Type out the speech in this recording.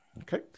Okay